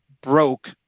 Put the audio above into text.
broke